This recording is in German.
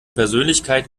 persönlichkeit